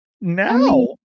now